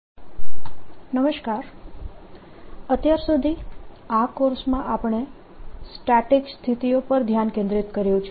ફેરાડેનો નિયમ અત્યાર સુધી આ કોર્સમાં આપણે સ્ટેટિક સ્થિતિઓ પર ધ્યાન કેન્દ્રિત કર્યું છે